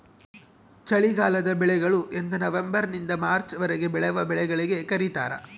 ಚಳಿಗಾಲದ ಬೆಳೆಗಳು ಎಂದನವಂಬರ್ ನಿಂದ ಮಾರ್ಚ್ ವರೆಗೆ ಬೆಳೆವ ಬೆಳೆಗಳಿಗೆ ಕರೀತಾರ